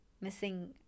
missing